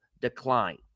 decline